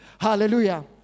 Hallelujah